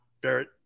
Barrett